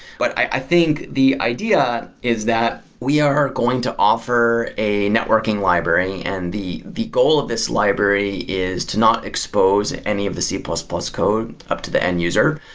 but i think the idea is that we are going to offer a networking library, and the the goal of this library is to not expose any of the c plus plus code up to the end user.